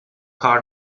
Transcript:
کار